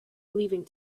leaving